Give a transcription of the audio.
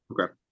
Okay